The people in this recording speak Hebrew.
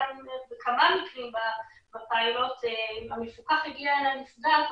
בכמה מקרים בפיילוט המפוקח הגיע אל הנפגעת